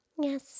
Yes